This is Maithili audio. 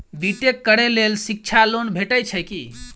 बी टेक करै लेल शिक्षा लोन भेटय छै की?